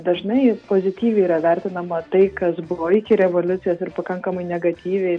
dažnai pozityviai yra vertinama tai kas buvo iki revoliucijos ir pakankamai negatyviai